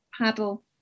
paddle